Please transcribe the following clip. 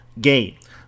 gate